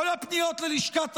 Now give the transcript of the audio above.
כל הפניות ללשכת השר,